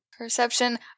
Perception